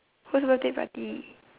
whose birthday party